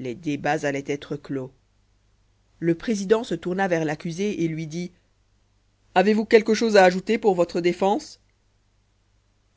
les débats allaient être clos le président se tourna vers l'accusé et lui dit avez-vous quelque chose à ajouter pour votre défense